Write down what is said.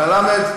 אבל הלמ"ד,